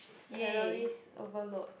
calories overload